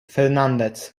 fernández